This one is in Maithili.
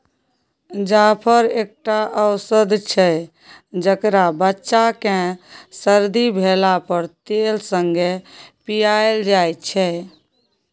जाफर एकटा औषद छै जकरा बच्चा केँ सरदी भेला पर तेल संगे पियाएल जाइ छै